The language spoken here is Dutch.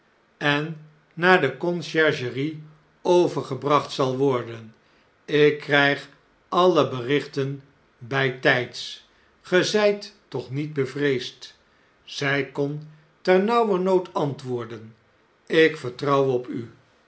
en naar de conciergerie overgebracht zal worden ik krijg alle berichten bijtjjds gezijttochnietbevreesd zfl kon ternauwernood antwoorden ik vertrouw op u